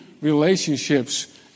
relationships